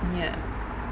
ya